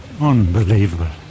unbelievable